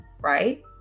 Right